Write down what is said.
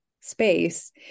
space